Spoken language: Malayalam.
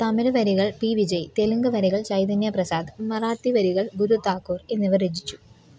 തമിഴ് വരികൾ പി വിജയ് തെലുങ്ക് വരികൾ ചൈതന്യ പ്രസാദ് മറാത്തി വരികൾ ഗുരു താക്കൂർ എന്നിവർ രചിച്ചു